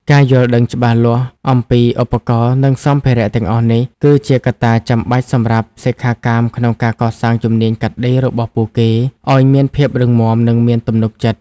ការយល់ដឹងច្បាស់លាស់អំពីឧបករណ៍ និងសម្ភារៈទាំងអស់នេះ គឺជាកត្តាចាំបាច់សម្រាប់សិក្ខាកាមក្នុងការកសាងជំនាញកាត់ដេររបស់ពួកគេឱ្យមានភាពរឹងមាំ និងមានទំនុកចិត្ត។